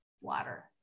water